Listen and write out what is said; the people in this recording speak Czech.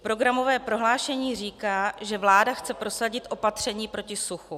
Programové prohlášení říká, že vláda chce prosadit opatření proti suchu.